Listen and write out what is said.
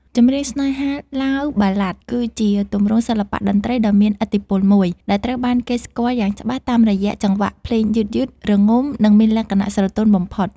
ចម្រៀងស្នេហា (ឡាវ បាឡាដ) គឺជាទម្រង់សិល្បៈតន្ត្រីដ៏មានឥទ្ធិពលមួយ ដែលត្រូវបានគេស្គាល់យ៉ាងច្បាស់តាមរយៈចង្វាក់ភ្លេងយឺតៗ រងំ និងមានលក្ខណៈស្រទន់បំផុត។